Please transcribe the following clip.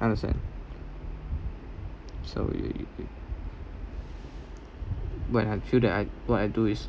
understand so you what I feel that what I do is